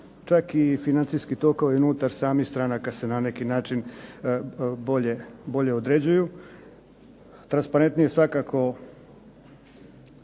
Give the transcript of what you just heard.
čak i financijski tokovi unutar samih stranaka se na neki način bolje određuju, transparentnije svakako